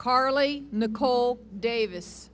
carly nicole davis